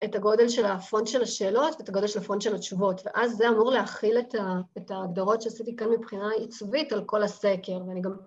‫את הגודל של הפונט של השאלות ‫ואת הגודל של הפונט של התשובות, ‫ואז זה אמור להכיל את ההגדרות ‫שעשיתי כאן מבחינה עיצובית על כל הסקר.